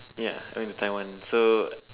ya I went to Taiwan so